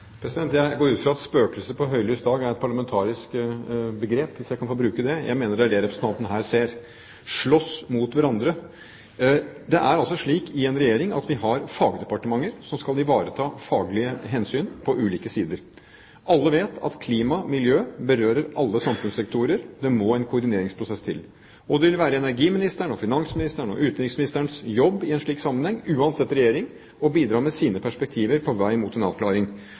Jeg går ut fra at «spøkelser ved høylys dag» er et parlamentarisk begrep, hvis jeg kan få bruke det. Jeg mener det er det representanten her ser. «Slåss mot hverandre» – det er altså slik i en regjering at vi har fagdepartementer som skal ivareta faglige hensyn på ulike sider. Alle vet at klima og miljø berører alle samfunnssektorer. Det må en koordineringsprosess til. Det vil være energiministeren, finansministeren og utenriksministerens jobb i en slik sammenheng, uansett regjering, å bidra med sine perspektiver på vei mot en avklaring.